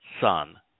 son